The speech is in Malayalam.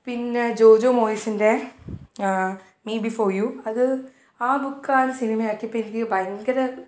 പിന്നെ ജോജു മോയിസിന്റെ മീ ബിഫോർ യു അത് ആ ബുക്കാണ് സിനിമയാക്കിയപ്പം എനിക്ക് ഭയങ്കര